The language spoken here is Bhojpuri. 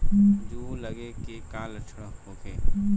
जूं लगे के का लक्षण का होखे?